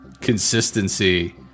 consistency